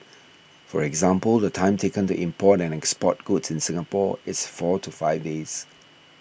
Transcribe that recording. for example the time taken to import and export goods in Singapore is four to five days